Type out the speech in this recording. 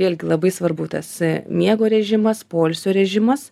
vėlgi labai svarbu tas miego režimas poilsio režimas